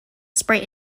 spray